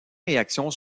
réactions